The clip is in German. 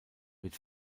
wird